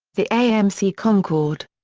the amc concord.